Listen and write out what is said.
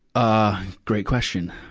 ah great question.